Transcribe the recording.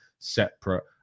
separate